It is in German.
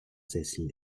sessel